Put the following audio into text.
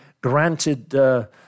granted